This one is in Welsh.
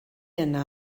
yna